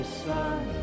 sun